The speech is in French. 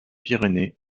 pyrénées